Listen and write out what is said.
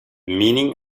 meaning